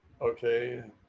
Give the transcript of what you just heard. Okay